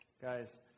Guys